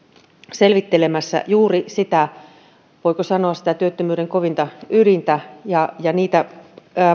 selvittelemässä juuri sitä voiko sanoa työttömyyden kovinta ydintä ja ja niitä